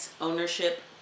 ownership